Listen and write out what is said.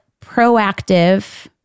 proactive